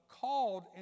called